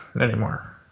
anymore